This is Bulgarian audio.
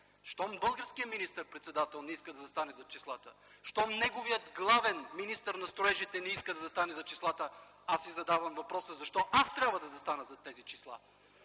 Щом българският министър-председател не иска да застане зад числата, щом неговият главен министър на строежите не иска да застане зад числата, аз си задавам въпроса: защо аз трябва да застана зад тези числа?